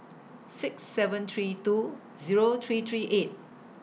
six seven three two Zero three three eight